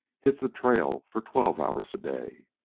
hit the trail for twelve hours a day.